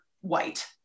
white